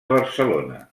barcelona